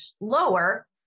lower